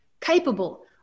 capable